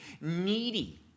needy